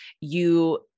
you-